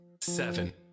seven